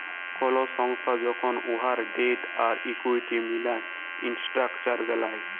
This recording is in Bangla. কল সংস্থা যখল উয়ার ডেট আর ইকুইটি মিলায় ইসট্রাকচার বেলায়